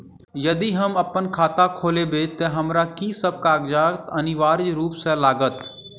यदि हम अप्पन खाता खोलेबै तऽ हमरा की सब कागजात अनिवार्य रूप सँ लागत?